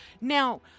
Now